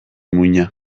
muina